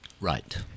Right